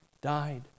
died